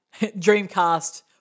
Dreamcast